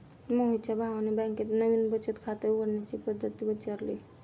मोहितच्या भावाने बँकेत नवीन बचत खाते उघडण्याची पद्धत विचारली